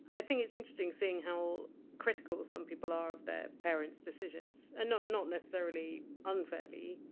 i think it's interesting seeing how critical some people are of their parents decisions and not not necessarily unfairly.